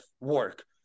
work